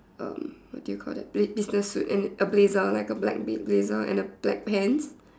um what do you call that bus~ business suit and a blazer like a black bla~ blazer and a black pants